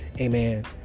amen